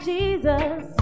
Jesus